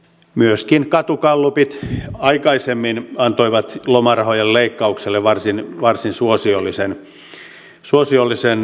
myöskin katugallupit aikaisemmin antoivat lomarahojen leikkaukselle varsin suosiollisen hyväksynnän